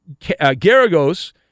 Garagos